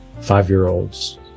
five-year-olds